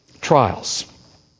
trials